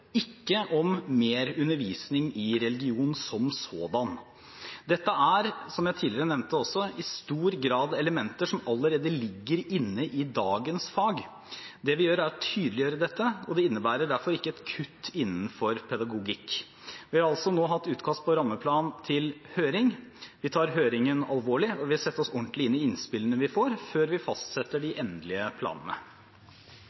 ikke om mer undervisning i religion som sådan. Dette er, som jeg tidligere nevnte, i stor grad elementer som allerede ligger inne i dagens fag. Det vi gjør, er å tydeliggjøre det, og det innebærer derfor ikke et kutt innenfor pedagogikk. Nå har vi altså hatt utkast av rammeplan til høring. Vi tar høringen alvorlig og vil sette oss ordentlig inn i innspillene vi får, før vi fastsetter de